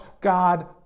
God